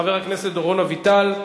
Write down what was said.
חבר הכנסת דורון אביטל.